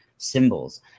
symbols